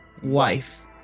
Wife